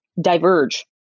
diverge